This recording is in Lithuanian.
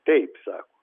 taip sako